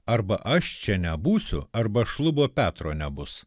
arba aš čia nebūsiu arba šlubo petro nebus